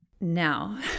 Now